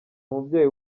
umubyeyi